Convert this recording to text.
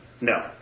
No